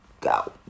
go